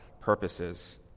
purposes